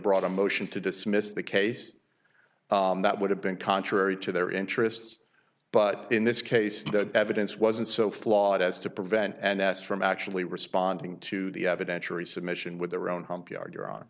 brought a motion to dismiss the case that would have been contrary to their interests but in this case the evidence wasn't so flawed as to prevent an ass from actually responding to the evidentiary submission with their own home p r drawn